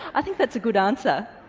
i think that's a good answer.